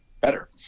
better